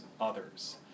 others